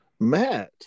Matt